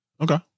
Okay